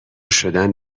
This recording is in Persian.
شدن